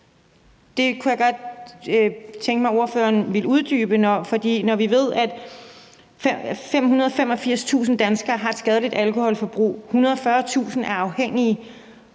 Det kunne jeg godt tænke mig at ordføreren ville uddybe, for vi ved, at 585.000 danskere har et skadeligt alkoholforbrug, 140.000 er afhængige,